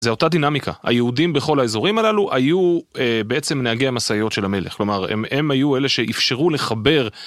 זה אותה דינמיקה, היהודים בכל האזורים הללו היו בעצם נהגי המשאיות של המלך, כלומר הם היו אלה שאפשרו לחבר.